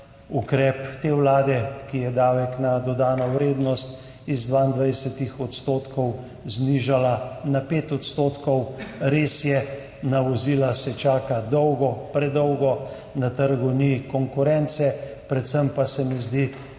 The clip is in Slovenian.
ukrep te vlade, ki je davek na dodano vrednost z 22 % znižala na 5 %. Res je, na vozila se čaka dolgo, predolgo, na trgu ni konkurence, predvsem pa se mi zdi